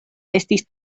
estis